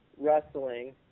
wrestling